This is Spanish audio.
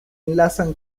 enlazan